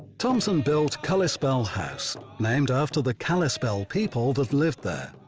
thompson built kullyspell house, named after the kalispel people that lived there.